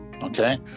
okay